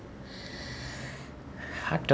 heart to